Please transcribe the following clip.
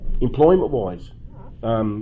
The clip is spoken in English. employment-wise